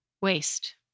Waste